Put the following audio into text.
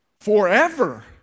forever